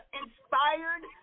inspired